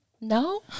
No